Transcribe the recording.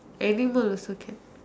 animal also can